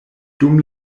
dum